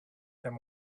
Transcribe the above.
them